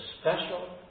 special